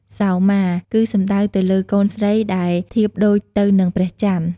សោមា គឺសំដៅទៅលើ កូនស្រីដែលធៀបដូចទៅនឹងព្រះច័ន្ទ។